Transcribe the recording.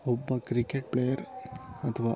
ಒಬ್ಬ cricket player ಅಥ್ವಾ